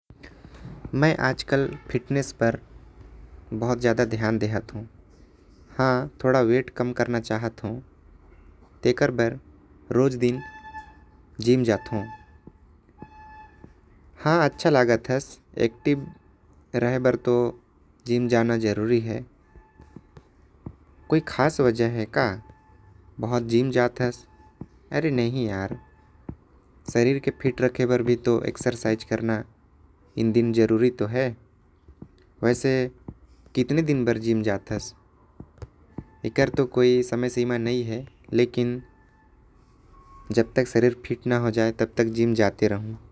मै आज कल फिटनेस पर बहुत ज्यादा ध्यान देवत हो वेट कम करे। के चाहत हु तेकर बर रोज जिम जथो हाँ अच्छा लगत। हस एक्टिव रहेबर तो जिम जाना जरुरी है कोई ख़ास वजह है। का अरे नही यार शरीर के फिट रखे बर भी तो एक्सरसाइज। इन दिन जरुरी भी तो है कितना दिन बर जिम जाथस वो तो ठीक है। पर जब तक शरीर फिट न हो जाये तब तक जाहु।